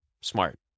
smart